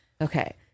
okay